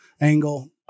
angle